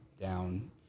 down